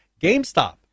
GameStop